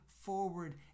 forward